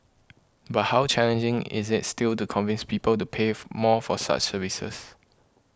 but how challenging is it still to convince people to pay for more for such services